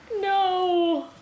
No